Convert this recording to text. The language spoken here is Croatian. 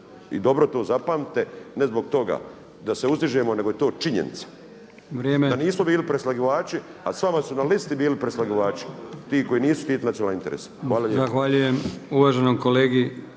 I dobro to zapamtite, ne zbog toga da se uzdižemo nego je to činjenica. Da nismo bili preslagivači a s vama su na listi bili preslagivači ti koji nisu štitili nacionalne interese.